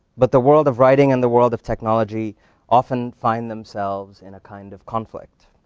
but the world of writing and the world of technology often find themselves in a kind of conflict.